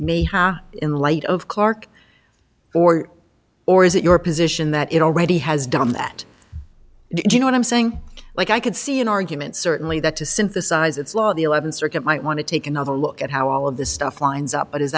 a in light of clark or or is it your position that it already has done that you know what i'm saying like i could see an argument certainly that to synthesise it's law the eleventh circuit might want to take another look at how all of this stuff lines up but is